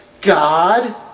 God